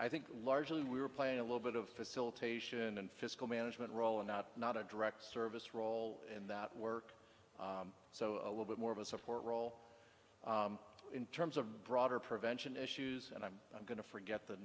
i think largely we were playing a little bit of facilitation and fiscal management role and not not a direct service role in that work so a little bit more of a support role in terms of broader prevention issues and i'm going to forget the